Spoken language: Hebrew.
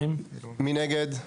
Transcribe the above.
2 נגד,